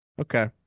Okay